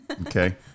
okay